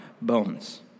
bones